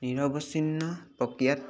নিৰবছিন্ন প্ৰক্ৰিয়াত